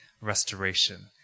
restoration